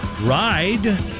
ride